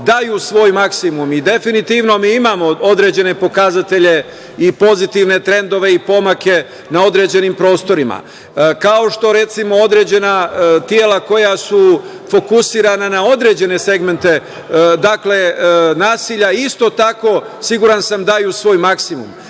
daju svoj maksimum i definitivno mi imamo određene pokazatelje i pozitivne trendove i pomake na određenim prostorima, kao što, recimo, određena tela koja su fokusirana na određene segmente nasilja isto tako, siguran sam, daju svoj maksimum. Ali,